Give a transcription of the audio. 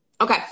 Okay